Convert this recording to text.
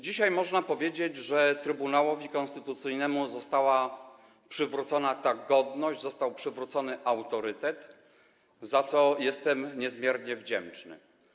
Dzisiaj można powiedzieć, że Trybunałowi Konstytucyjnemu została przywrócona godność, został przywrócony autorytet, za co jestem niezmiernie wdzięczny.